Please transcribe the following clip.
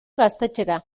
gaztetxera